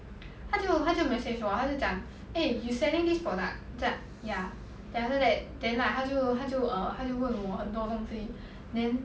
他就他就 message 我他就讲 eh you selling this product ah 我就 ya then after that then like 他就他就 err 他就问我很多东西 then